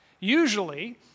Usually